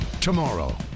Tomorrow